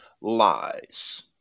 lies